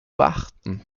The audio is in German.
beachten